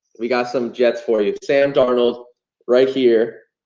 we got some jets for you, sam donald right here,